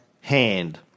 hand